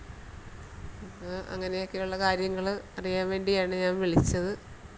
അങ്ങനെയൊക്കെ ഉള്ള കാര്യങ്ങള് അറിയാൻ വേണ്ടിയാണ് ഞാൻ വിളിച്ചത്